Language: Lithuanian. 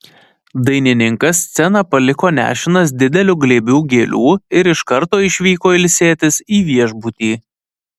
dainininkas sceną paliko nešinas dideliu glėbiu gėlių ir iš karto išvyko ilsėtis į viešbutį